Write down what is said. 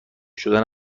شدن